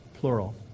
plural